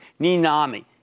Ninami